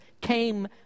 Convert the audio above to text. came